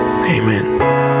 Amen